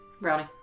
Brownie